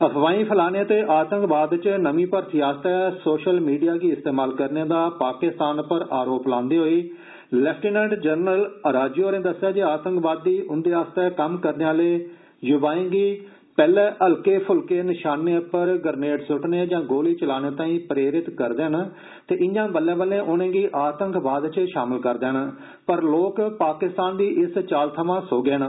अफवाई फैलाने ते आतंकवाद च नर्मी भर्थी आस्तै सोशल मीडिया गी इस्तेमाल करने दा पाकिस्तान पर आरोप लांदे होई लैफ्टिनेंट जनरल राजू होरें दस्सेया जे आतंकवादी उन्दे आस्तै कम्म करने आले युवाएं गी पैहले हलके फुलके निशाने पर ग्रनेड सुट्टने यां गोली चलाने तांई प्रेरित करदे न ते इयां बल्ले बल्ले उनेंगी आतंकवाद च शामल करदे न पर लोक पाकिस्तान दी इस चाल थमां सोहगे न